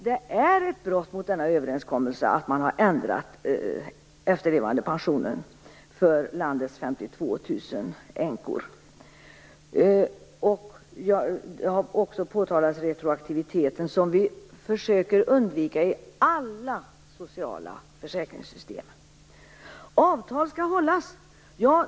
Det är ett brott mot denna överenskommelse att man har ändrat efterlevandepensionen för landets 52 000 änkor. Retroaktiviteten har också påtalats. Den försöker vi undvika i alla sociala försäkringssystem. Avtal skall hållas!